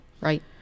right